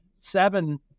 seven